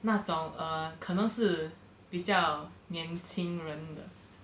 那种 err 可能是比较年轻人的